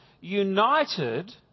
united